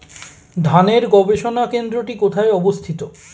ধানের গবষণা কেন্দ্রটি কোথায় অবস্থিত?